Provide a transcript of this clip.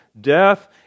death